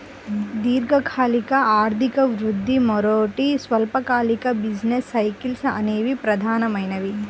దీర్ఘకాలిక ఆర్థిక వృద్ధి, మరోటి స్వల్పకాలిక బిజినెస్ సైకిల్స్ అనేవి ప్రధానమైనవి